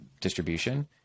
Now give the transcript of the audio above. distribution